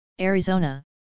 arizona